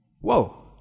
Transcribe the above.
Whoa